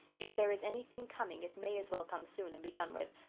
if there is anything coming it may as well come soon and be done with,